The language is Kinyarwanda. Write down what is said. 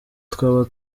twaba